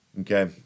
Okay